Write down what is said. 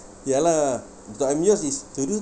ya lah the I'm yours is